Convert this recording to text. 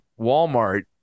Walmart